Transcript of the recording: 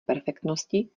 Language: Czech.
perfektnosti